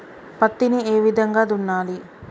పత్తిని ఏ విధంగా దున్నాలి?